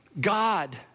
God